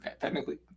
Technically